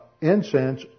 incense